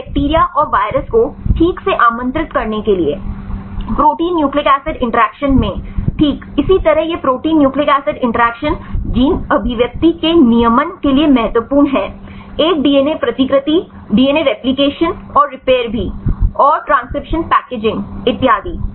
तो बैक्टीरिया और वायरस को ठीक से आमंत्रित करने के लिए प्रोटीन न्यूक्लिक एसिड इंटरैक्शन में ठीक इसी तरह यह प्रोटीन न्यूक्लिक एसिड इंटरैक्शन जीन अभिव्यक्ति के नियमन के लिए महत्वपूर्ण है एक डीएनए प्रतिकृति डीएनए रेप्लिकेशन और रिपेयर भी और ट्रांसक्रिप्शन पैकेजिंग इतियादी